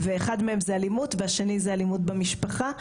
אחד מהם הוא אלימות והשני הוא אלימות במשפחה,